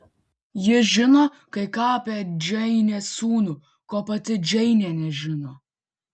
ji žino kai ką apie džeinės sūnų ko pati džeinė nežino